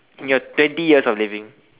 in your twenty years of living